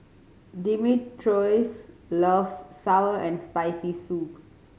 Dimitrios loves sour and Spicy Soup